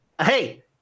Hey